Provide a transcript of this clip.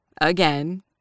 again